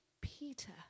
Peter